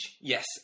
Yes